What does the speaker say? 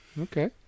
Okay